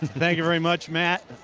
thank you very much, matt.